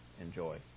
enjoy